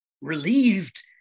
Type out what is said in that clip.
relieved